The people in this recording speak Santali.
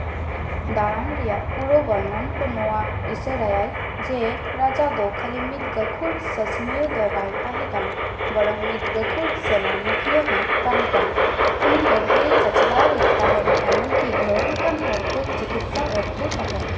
ᱫᱟᱬᱟᱱ ᱨᱮᱭᱟᱜ ᱯᱩᱨᱟᱹ ᱵᱚᱨᱱᱚᱱ ᱱᱚᱣᱟ ᱤᱥᱟᱹᱨᱟᱭ ᱟᱭ ᱨᱟᱡᱟ ᱫᱚ ᱠᱷᱟᱹᱞᱤ ᱢᱤᱫ ᱜᱟᱹᱠᱷᱩᱲ ᱥᱟᱥᱚᱱᱤᱭᱟᱹ ᱫᱚ ᱵᱟᱭ ᱛᱟᱦᱮᱸ ᱠᱟᱱᱟ ᱵᱚᱨᱚᱝ ᱢᱤᱫ ᱜᱟᱹᱠᱷᱩᱲ ᱥᱮᱱᱟ ᱢᱩᱠᱷᱭᱟᱹ ᱦᱚᱸᱭ ᱛᱟᱦᱮᱸ ᱠᱟᱱᱟ ᱩᱱᱤ ᱞᱟᱹᱲᱦᱟᱹᱭ ᱮ ᱪᱟᱪᱞᱟᱣ ᱮᱫ ᱛᱟᱦᱮᱱ ᱮᱢᱚᱱ ᱠᱤ ᱜᱷᱟᱹᱞ ᱟᱠᱟᱱ ᱦᱚᱲ ᱠᱚᱭ ᱪᱤᱠᱤᱛᱥᱟᱭᱮᱫ ᱠᱚᱭ ᱛᱟᱦᱮᱸᱜ